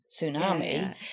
tsunami